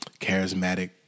charismatic